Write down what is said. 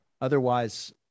Otherwise